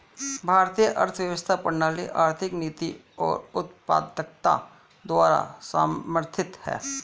भारतीय अर्थव्यवस्था प्रणाली आर्थिक नीति और उत्पादकता द्वारा समर्थित हैं